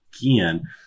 Again